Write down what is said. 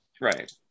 right